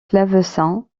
clavecin